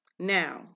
Now